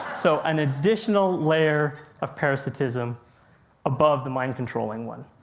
so an additional layer of parasitism above the mind controlling one.